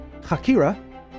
Chakira